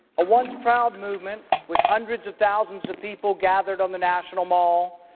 a once-proud movement with hundreds of thousands of people gathered on the national mall.